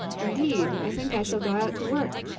indeed, i think i shall go out to work